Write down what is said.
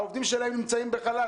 העובדים שלהם נמצאים בחל"ת,